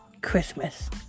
Christmas